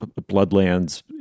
bloodlands